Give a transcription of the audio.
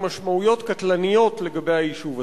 עם משמעויות קטלניות לגבי היישוב הזה.